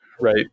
Right